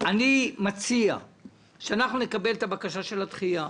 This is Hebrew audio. אני מציע שאנחנו נקבל את הבקשה של הדחייה.